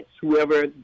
whoever